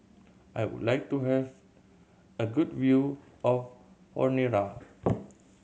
I would like to have a good view of Honiara